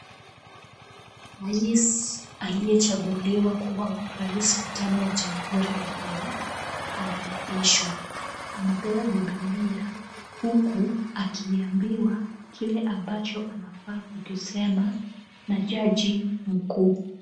Rais, aliyechaguliwa kuwa rais wa tano wa Jamhuri ya Kenya, anaapishwa. Amepewa Biblia huku akiambiwa kile ambacho anafaa kukisema na jaji mkuu.